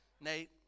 Nate